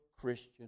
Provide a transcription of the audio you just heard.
Christian